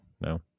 No